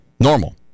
Normal